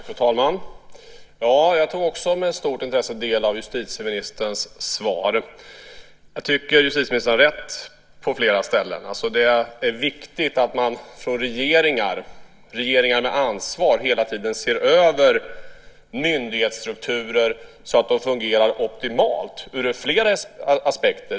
Fru talman! Jag tog också med stort intresse del av justitieministerns svar. Jag tycker att justitieministern har rätt på flera ställen. Det är viktigt att regeringar med ansvar hela tiden ser över myndighetsstrukturer så att de fungerar optimalt ur flera aspekter.